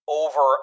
over